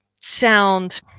sound